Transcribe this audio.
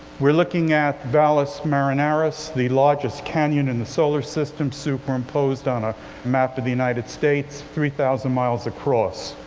we're looking at valles marineris, the largest canyon in the solar system, superimposed on a map of the united states, three thousand miles across.